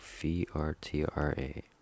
V-R-T-R-A